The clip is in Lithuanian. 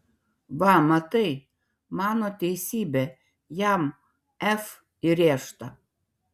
va matai mano teisybė jam f įrėžta